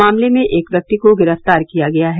मामले में एक व्यक्ति को गिरफ्तार किया गया है